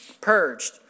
purged